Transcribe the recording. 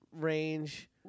range